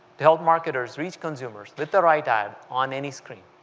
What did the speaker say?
to help marketers reach consumers with the right ad on any screen